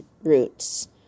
roots